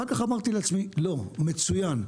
אחר כך אמרתי לעצמי: לא, מצוין.